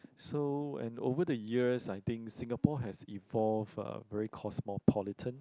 so and over the years I think Singapore has evolved uh very cosmopolitan